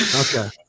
Okay